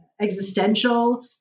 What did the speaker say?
existential